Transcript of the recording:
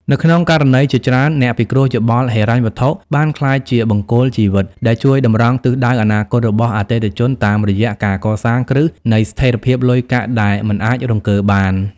នៅក្នុងករណីជាច្រើន អ្នកពិគ្រោះយោបល់ហិរញ្ញវត្ថុបានក្លាយជា "បង្គោលជីវិត" ដែលជួយតម្រង់ទិសដៅអនាគតរបស់អតិថិជនតាមរយៈការកសាងគ្រឹះនៃស្ថិរភាពលុយកាក់ដែលមិនអាចរង្គើបាន។